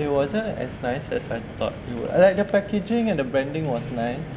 it wasn't as nice as I thought it would I like the packaging and the branding was nice